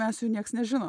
mes jų nieks nežinom